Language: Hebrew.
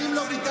האם לא ביטלתם?